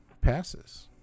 passes